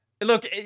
look